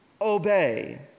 obey